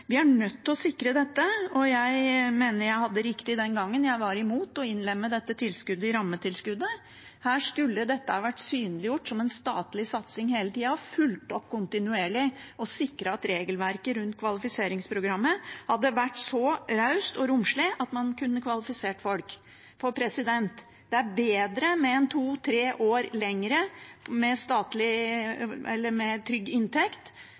vi er nødt til å sikre dette, og jeg mener jeg hadde rett den gangen jeg var imot å innlemme dette tilskuddet i rammetilskuddet. Dette skulle ha vært synliggjort som en statlig satsing hele tida, man skulle fulgt opp kontinuerlig og sikret at regelverket rundt kvalifiseringsprogrammet var så raust og romslig at man kunne kvalifisert folk, for det er bedre med to–tre år lenger med trygg inntekt